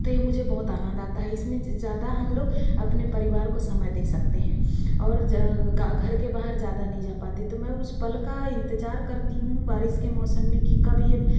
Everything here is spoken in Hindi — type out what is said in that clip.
तो इसमें मुझे बहुत आनंद आता है इसमें ज़्यादा हम लोग अपने परिवार को समय दे सकते हैं और घर के बाहर ज़्यादा नहीं जा पाते तो मैं वो तो मैं उस पल का इंतजार करती हूँ बारिश के मौसम में कि कब